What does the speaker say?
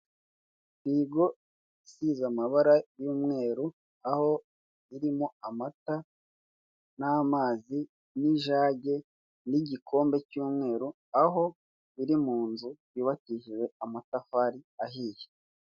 Firigo isize amabara y'umweru aho irimo amata n'amazi n'ijage, n'igikombe cy'umweru aho iri mu nzu yubakishijwe amatafari ahiye.